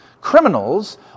criminals